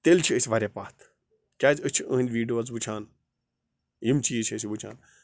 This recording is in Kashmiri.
تیٚلہِ چھِ أسۍ واریاہ پَتھ کیٛازِ أسۍ چھِ یِہٕنٛدۍ ویٖڈیوز وٕچھان یِم چیٖز چھِ أسۍ وٕچھان